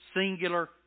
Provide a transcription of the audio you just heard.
singular